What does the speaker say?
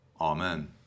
Amen